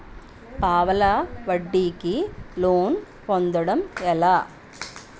పావలా వడ్డీ కి లోన్ పొందటం ఎలా?